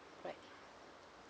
alright